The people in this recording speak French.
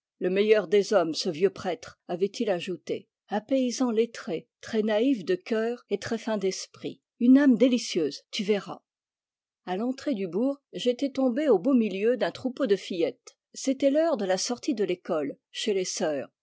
le meilleur des hommes ce vieux prêtre avait-il ajouté un paysan lettré très naïf de cœur et très fin d'esprit une âme délicieuse tu verras a l'entrée du bourg j'étais tombé au beau milieu d'un troupeau de fillettes c'était l'heure de la sortie de l'école chez les sœurs